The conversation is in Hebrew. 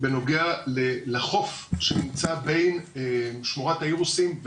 בנוגע לחוף שנמצא בין שמורת האירוסין,